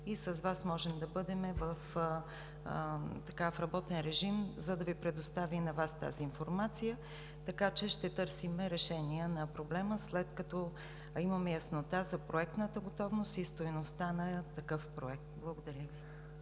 и с Вас може да бъдем в работен режим, за да Ви предоставим тази информация, така че ще търсим решение на проблема, след като имаме яснота за проектната готовност и стойността на такъв проект. Благодаря Ви.